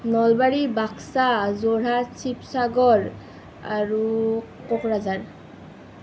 নলবাৰী বাক্সা যোৰহাট শিৱসাগৰ আৰু কোকোৰাঝাৰ